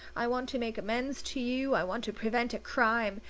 i want to make amends to you, i want to prevent a crime.